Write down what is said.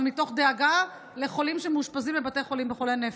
אבל מתוך דאגה לחולים שמאושפזים בבתי חולים לחולי נפש.